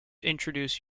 introduce